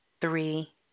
three